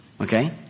okay